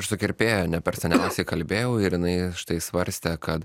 aš su kirpėja ne per seniausiai kalbėjau ir jinai štai svarstė kad